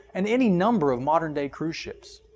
and any number of modern day cruise ships.